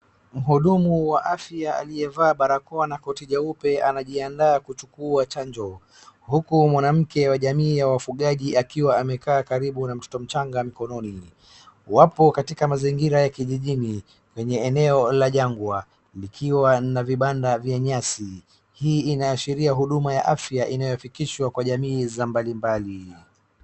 Mhudumu wa afya aliyevaa barakoa na koti jeupe anajiandaa kuchukua chanjo huku mwanamke wa jamii ya wafugaji akiwa amekaa karibu na mtoto mchanga mkononi. Wapo katika mazingira ya kijijini kwenye eneo la jagwa likiwa na vibanda vya nyasi. Hii inaashiria huduma za afya zinazofikia jamii za mbali.